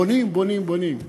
בונים, בונים,